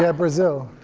yeah brazil.